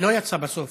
לא יצא בסוף.